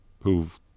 who've